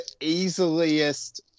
easiest